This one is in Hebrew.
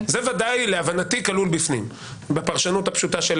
להבנתי זה ודאי כלול בפנים, בפרשנות הפשוטה.